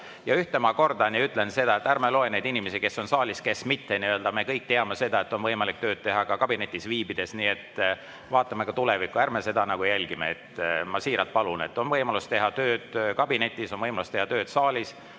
ma kordan ja ütlen seda, et ärme loe inimesi, kes on saalis, kes mitte. Me kõik teame seda, et on võimalik tööd teha ka kabinetis viibides. Vaatame ka tulevikku. Ärme seda jälgime – ma siiralt palun. On võimalus teha tööd kabinetis, on võimalus teha tööd saalis,